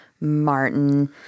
Martin